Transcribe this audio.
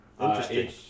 Interesting